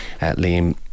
Liam